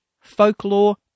Folklore